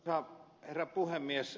arvoisa herra puhemies